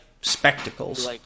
spectacles